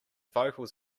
vocals